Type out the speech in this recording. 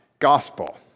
gospel